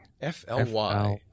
F-L-Y